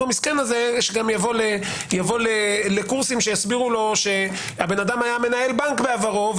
המסכן הזה שגם יבוא לקורסים שיסבירו לו האדם היה מנהל בנק בעברו,